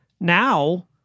Now